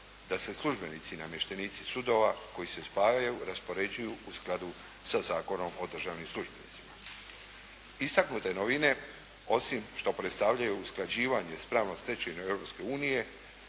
da se službenici i namještenici sudova koji se spajaju, raspoređuju u skladu za Zakonom o državnim službenicima. Istaknute novine osim što predstavljaju usklađivanje s pravnom stečevinom